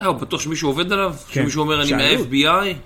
הוא בטוח שמישהו עובד עליו, שמישהו אומר אני מהFBI